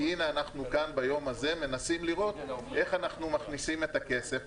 כי הינה אנחנו כאן ביום הזה מנסים לראות איך אנחנו מכניסים את הכסף.